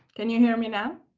can you hear me now?